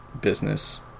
business